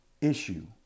issue